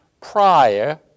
prior